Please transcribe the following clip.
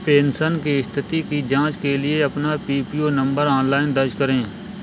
pension की स्थिति की जांच के लिए अपना पीपीओ नंबर ऑनलाइन दर्ज करें